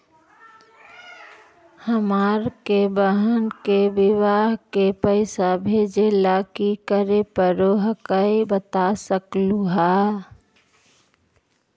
हमार के बह्र के बियाह के पैसा भेजे ला की करे परो हकाई बता सकलुहा?